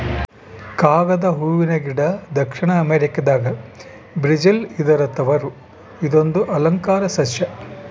ಕಾಗದ ಹೂವನ ಗಿಡ ದಕ್ಷಿಣ ಅಮೆರಿಕಾದ ಬ್ರೆಜಿಲ್ ಇದರ ತವರು ಇದೊಂದು ಅಲಂಕಾರ ಸಸ್ಯ